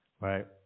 Right